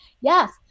Yes